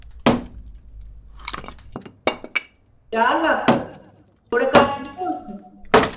चार लक्ख थोह्ड़े घट्ट नेईं होग